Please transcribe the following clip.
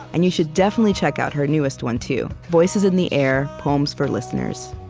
and you should definitely check out her newest one too, voices in the air poems for listeners.